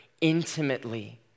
intimately